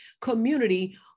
community